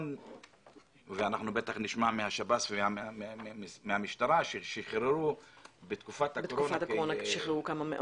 בטח נשמע משב"ס ומהמשטרה ששחררו בתקופת הקורונה -- שחררו כמה מאות.